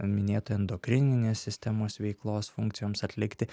minėtų endokrininės sistemos veiklos funkcijoms atlikti